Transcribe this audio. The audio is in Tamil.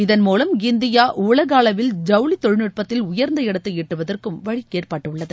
இதன் மூலம் இந்தியா உலகளவில் ஜவளி தொழில்நுட்பத்தில் உயா்ந்த இடத்தை எட்டுவதற்கும் வழி ஏற்பட்டுள்ளது